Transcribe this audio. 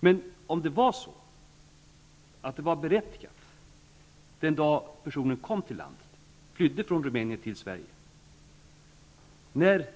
Men om det var berättigat den dag personen flydde från Rumänien till Sverige, när